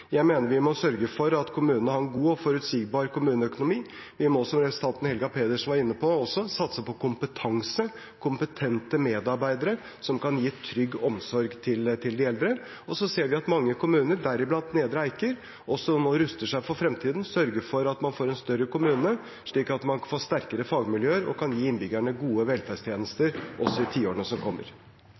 at kommunene har en god og forutsigbar kommuneøkonomi. Vi må også, som representanten Helga Pedersen var inne på, satse på kompetanse, kompetente medarbeidere som kan gi trygg omsorg til de eldre. Så ser vi at mange kommuner, deriblant Nedre Eiker, nå ruster seg for fremtiden og sørger for at man får en større kommune, slik at man får sterkere fagmiljøer som kan gi innbyggerne gode velferdstjenester også i tiårene som kommer.